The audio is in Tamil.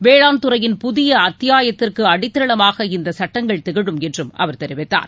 வேளாண் துறையின் புதிய அத்தியாயத்திற்கு அடித்தளமாக இந்த சட்டங்கள் திகழும் என்றும் அவர் தெரிவித்தார்